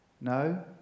no